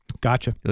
gotcha